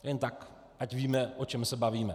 Jen tak ať víme, o čem se bavíme.